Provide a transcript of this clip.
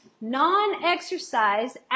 non-exercise